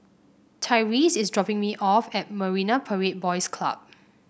Tyreese is dropping me off at Marine Parade Boys Club